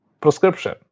prescription